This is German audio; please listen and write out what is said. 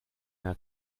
der